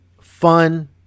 fun